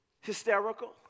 hysterical